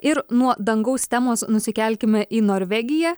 ir nuo dangaus temos nusikelkime į norvegiją